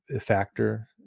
factor